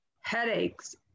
headaches